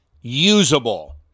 usable